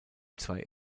zwei